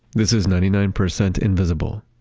this is ninety nine percent invisible.